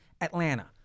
Atlanta